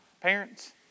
parents